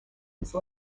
these